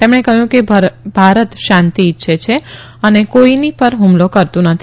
તેમણે કહયું કે ભારત શાંતી ઇચ્છે છે અને કોઇની પ્ર ર્ ફ્રમલો કરતું નથી